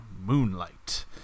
Moonlight